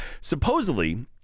supposedly